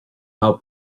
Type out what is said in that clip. how